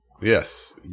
Yes